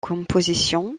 composition